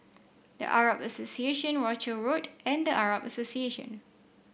The Arab Association Rochor Road and The Arab Association